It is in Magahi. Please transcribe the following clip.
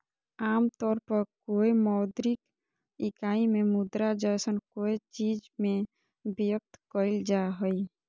आमतौर पर कोय मौद्रिक इकाई में मुद्रा जैसन कोय चीज़ में व्यक्त कइल जा हइ